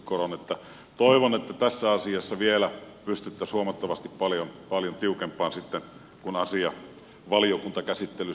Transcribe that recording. toivon että tässä asiassa vielä pystyttäisiin huomattavasti paljon tiukempaan sitten kun asia valiokuntakäsittelyssä on